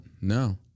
No